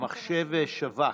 אדוני היושב-ראש,